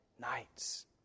nights